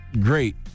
great